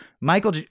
Michael